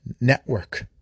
network